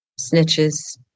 snitches